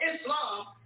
Islam